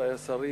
רבותי השרים